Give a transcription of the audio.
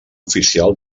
oficial